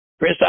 Chris